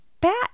bat